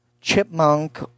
chipmunk